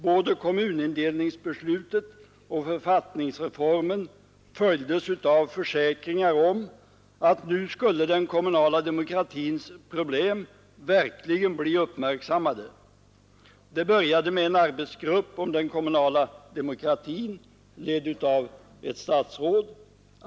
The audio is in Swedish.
Både kommunindelningsbeslutet och författningsreformen följdes av försäkringar om att nu skulle den kommunala demokratins problem verkligen bli uppmärksammade. Det började med en arbetsgrupp om den kommunala demokratin, ledd av ett statsråd.